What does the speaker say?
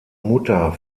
mutter